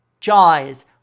JAWS